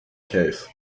case